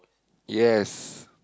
yes